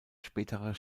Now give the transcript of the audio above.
späterer